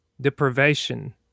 deprivation